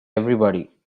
everybody